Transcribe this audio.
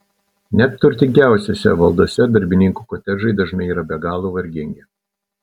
net turtingiausiose valdose darbininkų kotedžai dažnai yra be galo vargingi